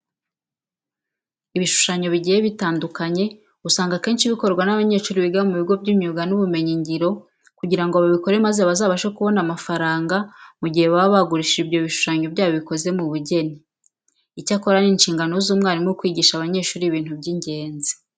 Ibishushanyo bigiye bitandukanye usanga akenshi bikorwa n'abanyeshuri biga mu bigo by'imyuga n'ubumenyingiro kugira ngo babikore maze bazabashe kubona amafaranga mu gihe baba bagurishije ibyo bishushanyo byabo bikoze mu bugeni. Icyakora ni inshingano z'umwarimu kwigisha abanyeshuri ibintu by'ingenzi.